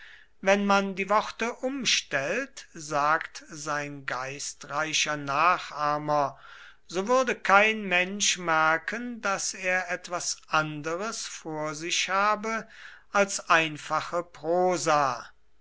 wenn man die worte umstellt sagt sein geistreicher nachahmer so würde kein mensch merken daß er etwas anderes vor sich habe als einfache prosa